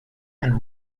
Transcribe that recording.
and